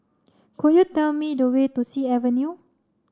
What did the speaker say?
could you tell me the way to Sea Avenue